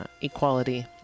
equality